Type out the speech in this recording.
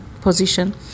position